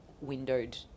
windowed